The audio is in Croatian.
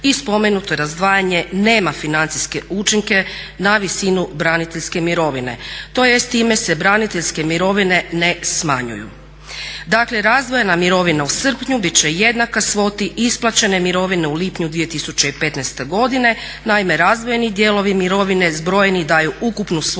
i spomenuto razdvajanje nema financijske učinke na visinu braniteljske mirovine tj. time se braniteljske mirovine ne smanjuju. Dakle, razdvojena mirovina u srpnju bit će jednaka svoti isplaćene mirovine u lipnju 2015. godine. Naime razdvojeni dijelovi mirovine zbrojeni daju ukupnu svotu